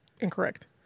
Incorrect